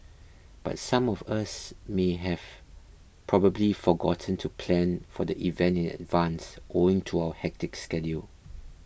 but some of us may have probably forgotten to plan for the event in advance owing to our hectic schedule